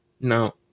No